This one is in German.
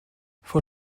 vor